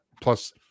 Plus